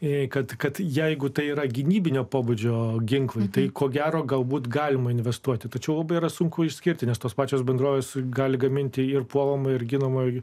tai kad kad jeigu tai yra gynybinio pobūdžio ginklai tai ko gero galbūt galima investuoti tačiau bei yra sunku išskirti nes tos pačios bendrovės gali gaminti ir puolamą ir ginamojo